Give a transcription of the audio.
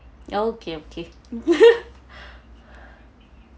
okay okay